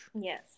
Yes